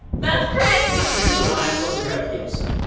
that's crazy! and here's the last one we grabbed for the episode.